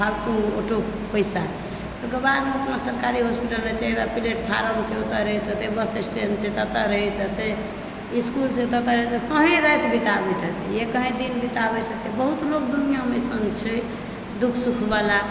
फालतू आलतू पैसा तेकर बाद अपना सरकारी हॉस्पिटल छै हइयाँ प्लेटफार्म छै ततऽ रहैत हेतै बस स्टैण्ड छै ततऽ रहैत हेतय इसकुल छै ततऽ रहैत हेतै कही राति बिताबैत हेतै या कही दिन बिताबैत हेतै बहुत लोग दुनियामे एहन छै दुःख सुख वला